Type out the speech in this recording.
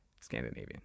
Scandinavian